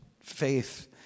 faith